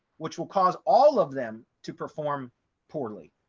which will cause all of them to perform poorly.